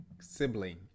sibling